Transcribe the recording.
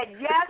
yes